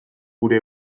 gure